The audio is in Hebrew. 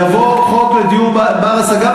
יבוא חוק לדיור בר-השגה,